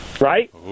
Right